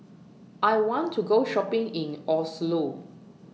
I want to Go Shopping in Oslo